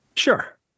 Sure